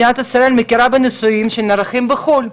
מדינת ישראל מכירה בנישואים שנערכים בחו"ל.